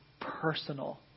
personal